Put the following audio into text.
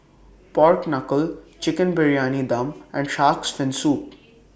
Pork Knuckle Chicken Briyani Dum and Shark's Fin Soup